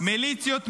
מיליציות מעיראק,